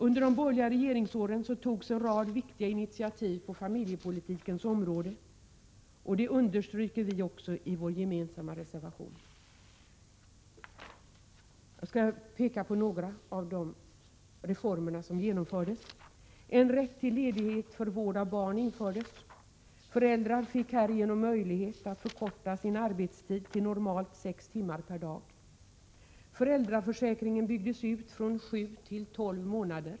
Under de borgerliga regeringsåren togs en rad viktiga initiativ på familjepolitikens område, vilket vi också understryker i vår gemensamma reservation: — En rätt till ledighet för vård av barn infördes. Föräldrar fick härigenom möjlighet att förkorta sin arbetstid till normalt sex timmar per dag.